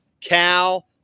Cal